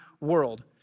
world